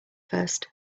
first